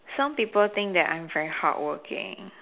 some people think that I'm very hardworking